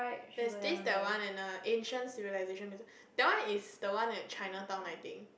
there's this that one and err Ancient Civilisation Museum that one is the one at Chinatown I think